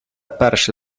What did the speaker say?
перше